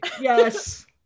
Yes